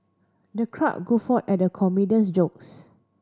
the crowd guffawed at the comedian's jokes